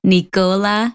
Nicola